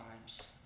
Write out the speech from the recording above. times